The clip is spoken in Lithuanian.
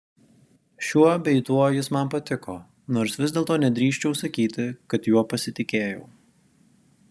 šiuo bei tuo jis man patiko nors vis dėlto nedrįsčiau sakyti kad juo pasitikėjau